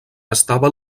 estava